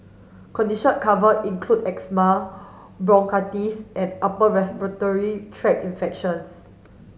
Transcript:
condition covered include asthma bronchitis and upper respiratory tract infections